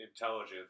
intelligence